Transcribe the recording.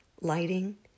Lighting